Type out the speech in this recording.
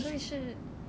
做什么工啊